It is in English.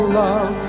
love